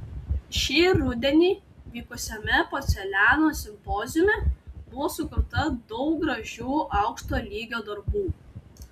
šį rudenį vykusiame porceliano simpoziume buvo sukurta daug gražių aukšto lygio darbų